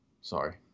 Sorry